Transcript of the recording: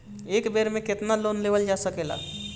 एक बेर में केतना लोन लेवल जा सकेला?